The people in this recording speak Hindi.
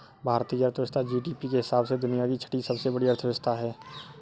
भारत की अर्थव्यवस्था जी.डी.पी के हिसाब से दुनिया की छठी सबसे बड़ी अर्थव्यवस्था है